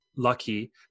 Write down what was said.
Lucky